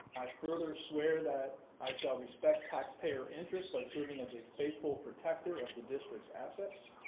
i further swear that i shall respect taxpayer interests by serving as a faithful protector of the district's assets.